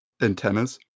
antennas